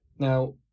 Now